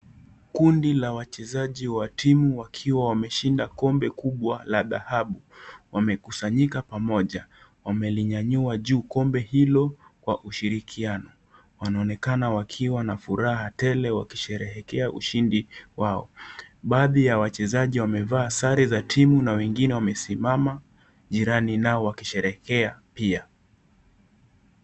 Kundi la wachezaji wa timu wakiwa wameshinda kombe kubwa la dhahabu wamekusanyika pamoja. Wamelinyanyua juu kombe hilo kwa ushirikiano. Wanaonekana wakiwa na furaha tele wakisherehekea ushindi wao. Baadhi ya wachezaji wamevaa sare za timu na wengine wamesimama jirani nao wakisherehekea pia.